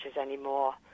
anymore